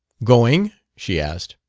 going? she asked.